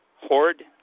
horde